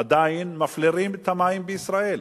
עדיין מפלירים את המים בישראל?